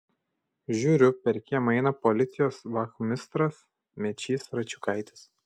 žiūriu per kiemą eina policijos vachmistras mečys račiukaitis